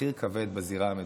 במחיר כבד בזירה המדינית.